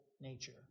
nature